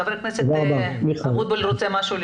ח"כ אבוטבול רוצה לשאול משהו.